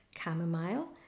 Chamomile